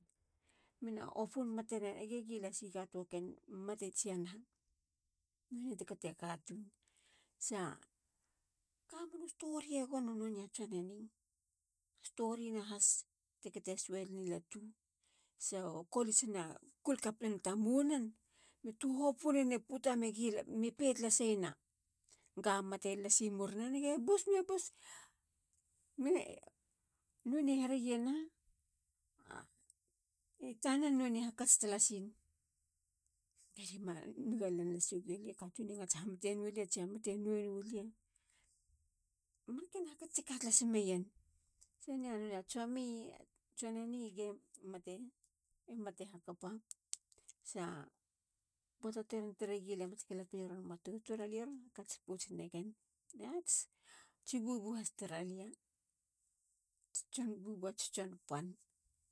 Mena opun mate la. ali gi lasin a toaken mate tsia naha. nonei te katei a katun. sa kamenu stori e gono. nonei a tson eni. storin has ti kete has weleni latu so kolits na kulkapineta mou nen. me tuhopunene puta me pe talaseyena. ga mate lasi murnen. ge bus. me bus me. nonei hereye naha, i tanen. nonei hakats tlasin. galie manigalenlasi gowi. a katun a ngats hamate nolia tsia mate nowe nolia. marken hakats te ka tlasmeyen. sa nonei a tsomi. a tson eni ge mate hakapa. a poata teron tare gilia mats galapien e matotir. alie ron hakats pots negen. Alia tsi. bubu has taralia. tsi bubu ba ats tson pan.